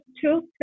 two